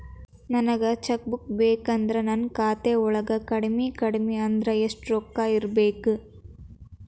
ನನಗ cheque book ಬೇಕಂದ್ರ ನನ್ನ ಖಾತಾ ವಳಗ ಕಡಮಿ ಕಡಮಿ ಅಂದ್ರ ಯೆಷ್ಟ್ ರೊಕ್ಕ ಇರ್ಬೆಕು?